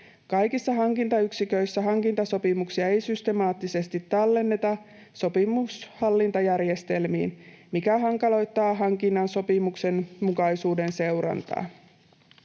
Kaikissa hankintayksiköissä hankintasopimuksia ei systemaattisesti tallenneta sopimushallintajärjestelmiin, mikä hankaloittaa hankinnan sopimuksenmukaisuuden seurantaa.